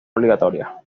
obligatoria